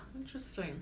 interesting